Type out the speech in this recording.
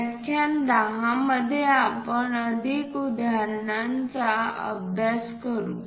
व्याख्यान 10 मध्ये आपण अधिक उदाहरणांचा अभ्यास करू